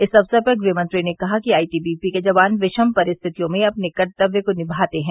इस अवसर पर गृहमंत्री ने कहा कि आईटी बीपी के जवान विषम परिस्थितियों में अपने कर्तव्य को निमाते हैं